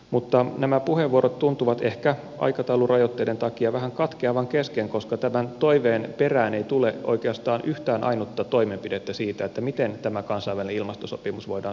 mutta nämä puheenvuorot tuntuvat ehkä aikataulurajoitteiden takia vähän katkeavan kesken koska tämän toiveen perään ei tule oikeastaan yhtään ainutta toimenpidettä siitä miten tämä kansainvälinen ilmastosopimus voidaan saavuttaa